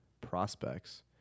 prospects